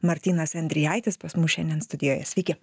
martynas endrijaitis pas mus šiandien studijoje sveiki